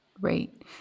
Right